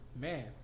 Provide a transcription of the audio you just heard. Man